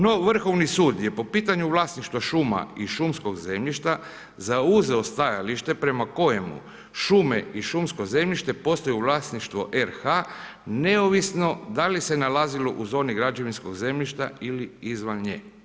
No Vrhovni sud je po pitanju vlasništva šuma i šumskog zemljišta zauzeo stajalište prema kojemu šume i šumsko zemljište postaju vlasništvo RH neovisno da li se nalazilo u zoni građevinskog zemljišta ili izvan nje.